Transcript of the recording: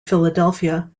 philadelphia